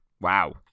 Wow